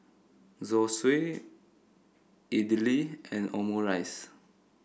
Zosui Idili and Omurice